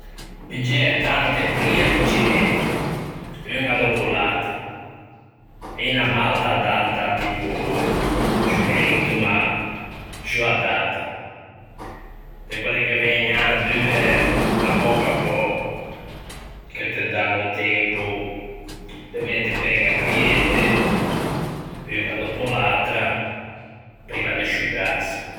Piggiæ tante prie piccinette, unna dòppo l'atra, e unna malta adatta, tipo ciumento, ma ciù adatta, de quelle che vëgnan due à pöco à pöco, che te dan o tempo de mette ben e priette, unna dòppo l'atra, primma de sciugâse.